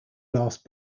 last